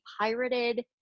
pirated